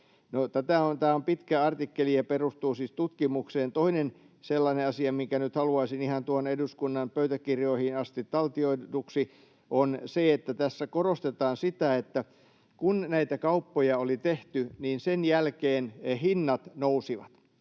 Tämä on pitkä artikkeli ja perustuu siis tutkimukseen. Toinen sellainen asia, minkä nyt haluaisin ihan tuonne eduskunnan pöytäkirjoihin asti taltioiduksi, on se, että tässä korostetaan sitä, että kun näitä kauppoja oli tehty, niin sen jälkeen hinnat nousivat.